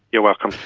you're welcome.